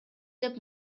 деп